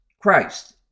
Christ